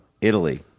Italy